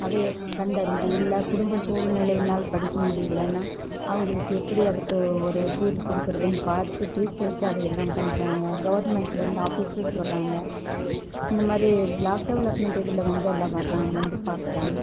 அதை கண்டறிஞ்சு இல்லை குடும்ப சூழ்நிலையினால் படிக்க முடியலன்னா அவர்களுக்கு எப்படி அதுக்கு ஒரு தீர்வு கொடுக்குறதுன்னு பார்த்துட்டு டீச்சர்ஸ்ஸு அதை எல்லாம் பண்ணுறாங்க கவர்மென்ட்டில் இருந்த ஆஃபிஸர்ஸ் வராங்க இந்த மாதிரி ப்ளாக் டெவெலப்மென்ட் இதில் வந்து எல்லாம் வராங்க வந்து பார்க்குறாங்க